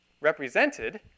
represented